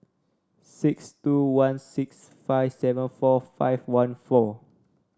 six two one six five seven four five one four